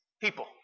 people